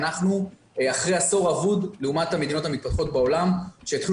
אנחנו אחרי עשור אבוד לעומת המדינות המתפתחות בעולם שהחלו